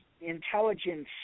intelligence